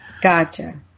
Gotcha